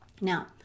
Now